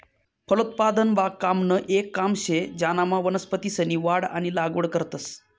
फलोत्पादन बागकामनं येक काम शे ज्यानामा वनस्पतीसनी वाढ आणि लागवड करतंस